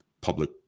public